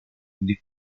des